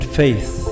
faith